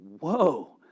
whoa